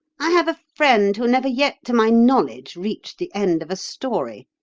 i have a friend who never yet to my knowledge reached the end of a story.